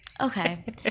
Okay